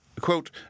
quote